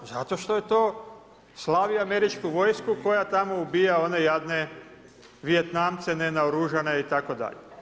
Zato što to slavi američku vojsku koja tamo ubija one jadne Vijetnamce nenaoružane itd.